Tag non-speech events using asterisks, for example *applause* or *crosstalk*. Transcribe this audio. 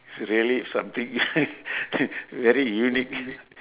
this is really something *noise* very unique